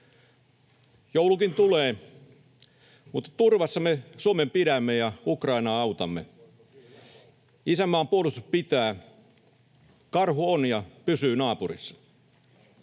Joulukin tulee. Mutta turvassa me Suomen pidämme ja Ukrainaa autamme. Isänmaan puolustus pitää. Karhu on ja pysyy naapurissa.